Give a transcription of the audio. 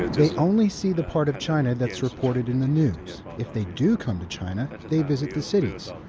they only see the part of china that's reported in the news. if they do come to china, they visit the cities.